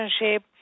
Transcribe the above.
relationship